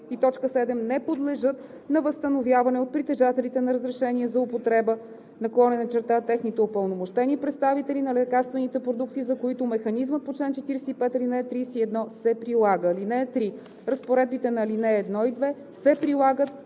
1, т. 7, не подлежат на възстановяване от притежателите на разрешения за употреба/техните упълномощени представители на лекарствените продукти, за които механизмът по чл. 45, ал. 31 се прилага. (3) Разпоредбите на ал. 1 и 2 се прилагат